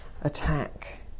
attack